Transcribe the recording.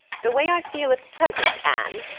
the way i feel at present, anne,